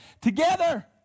together